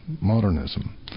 modernism